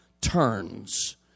turns